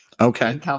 Okay